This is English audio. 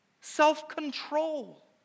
self-control